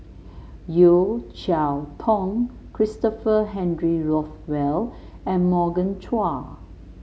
Yeo Cheow Tong Christopher Henry Rothwell and Morgan Chua